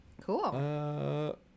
Cool